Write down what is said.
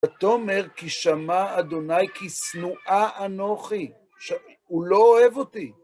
ותומר, כי שמע אדוני, כי שנואה אנוכי. הוא לא אוהב אותי.